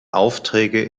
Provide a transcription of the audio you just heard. aufträge